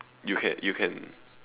you can you can